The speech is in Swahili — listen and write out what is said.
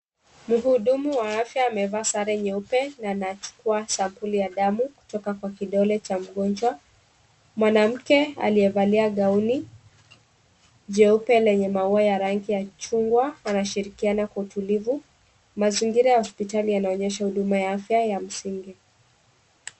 Mhudumu wa afya amevaa sare nyeupe na anachukua sampuli ya damu kutoka kwa kidole cha mgonjwa, mwanamke aliyevalia gauni jeupe lenye maua ya rangi ya chungwa anashirikiana kwa utulivu, mazingira ya hospitali yanaonyesha huduma ya afya ya msingi.